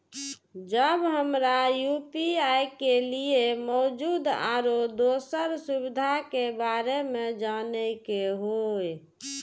जब हमरा यू.पी.आई के लिये मौजूद आरो दोसर सुविधा के बारे में जाने के होय?